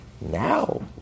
now